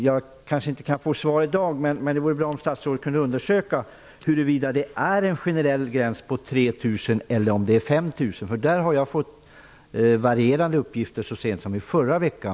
Jag kanske inte kan få något besked i dag, men det vore bra om statsrådet kunde undersöka huruvida det är en generell gräns på 3 000 kr eller om det är 5 000 kr. Där har jag fått varierande uppgifter så sent som i förra veckan.